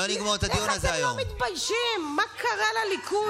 לא שומעים את זה בכלל.